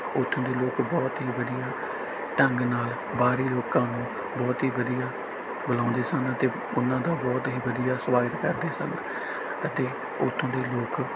ਉੱਥੋਂ ਦੇ ਲੋਕ ਬਹੁਤ ਹੀ ਵਧੀਆ ਢੰਗ ਨਾਲ ਬਾਹਰੀ ਲੋਕਾਂ ਨੂੰ ਬਹੁਤ ਹੀ ਵਧੀਆ ਬੁਲਾਉਂਦੇ ਸਨ ਅਤੇ ਉਹਨਾਂ ਦਾ ਬਹੁਤ ਹੀ ਵਧੀਆ ਸੁਆਗਤ ਕਰਦੇ ਸਨ ਅਤੇ ਉੱਥੋਂ ਦੇ ਲੋਕ